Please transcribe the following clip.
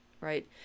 right